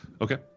Okay